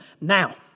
Now